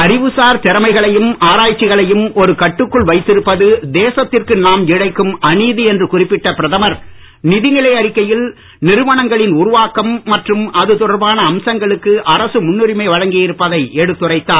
அறிவுசார் திறமைகளையும் ஆராய்ச்சிகளையும் ஒரு கட்டுக்குள் வைத்திருப்பது தேசத்திற்கு நாம் இழைக்கும் அநீதி என்று குறிப்பிட்ட பிரதமர் நிதிநிலை அறிக்கையில் நிறுவனங்களின் உருவாக்கம் மற்றும் அது தொடர்பான அம்சங்களுக்கு அரசு முன்னுரிமை வழங்கியிருப்பதை எடுத்துரைத்தார்